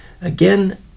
again